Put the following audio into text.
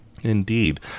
Indeed